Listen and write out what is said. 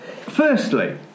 firstly